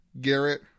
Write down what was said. Garrett